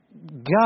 God